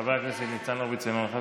חבר הכנסת ניצן הורוביץ אינו נוכח,